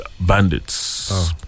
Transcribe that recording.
bandits